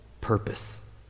purpose